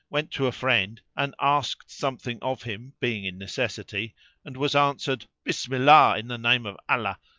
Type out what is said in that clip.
went to a friend and asked something of him being in necessity and was answered, bismallah, in the name of allah,